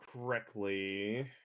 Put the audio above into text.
correctly